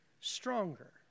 stronger